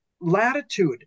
latitude